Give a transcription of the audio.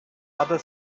other